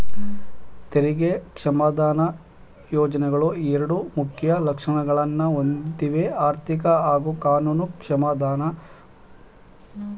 ತೆರಿಗೆ ಕ್ಷಮಾದಾನ ಯೋಜ್ನೆಗಳು ಎರಡು ಮುಖ್ಯ ಲಕ್ಷಣಗಳನ್ನ ಹೊಂದಿವೆಆರ್ಥಿಕ ಹಾಗೂ ಕಾನೂನು ಕ್ಷಮಾದಾನ